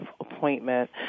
appointment